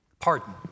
Pardon